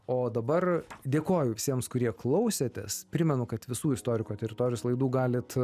o dabar dėkoju visiems kurie klausėtės primenu kad visų istoriko teritorijos laidų galit